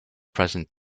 present